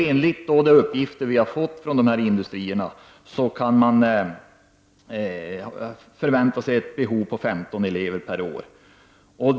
Enligt de uppgifter som vi har fått från industrierna kan man förvänta sig ett behov av 15 elever per år.